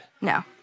No